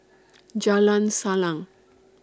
Jalan Salang